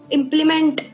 implement